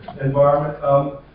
Environment